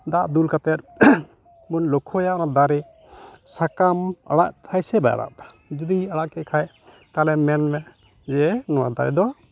ᱫᱟᱜ ᱫᱩᱞ ᱠᱟᱛᱮᱫ ᱵᱚᱱ ᱞᱚᱠᱠᱷᱳᱭᱟ ᱚᱱᱟ ᱫᱟᱨᱮ ᱥᱟᱠᱟᱢ ᱟᱲᱟᱜ ᱫᱟᱭ ᱥᱮ ᱵᱟᱭ ᱟᱲᱟᱜ ᱮᱫᱟ ᱡᱩᱫᱤᱭ ᱟᱲᱟᱜ ᱠᱮᱫ ᱠᱷᱟᱱ ᱛᱟᱦᱚᱞᱮ ᱢᱮᱱᱢᱮ ᱡᱮ ᱱᱚᱣᱟ ᱫᱟᱨᱮ ᱫᱚ